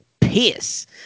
piss